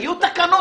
יהיו תקנות.